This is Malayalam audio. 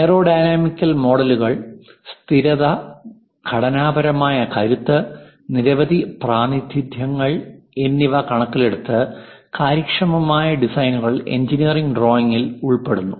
എയറോഡൈനാമിക്കൽ മോഡലുകൾ സ്ഥിരത ഘടനാപരമായ കരുത്ത് നിരവധി പ്രാതിനിധ്യങ്ങൾ എന്നിവ കണക്കിലെടുത്ത് കാര്യക്ഷമമായ ഡിസൈനുകൾ എഞ്ചിനീയറിംഗ് ഡ്രോയിംഗിൽ ഉൾപ്പെടുന്നു